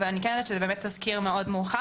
אבל אני כן יודעת שזה תזכיר מאוד מורחב,